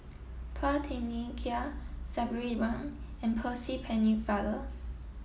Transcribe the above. Phua Thin Kiay Sabri Buang and Percy Pennefather